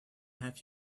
have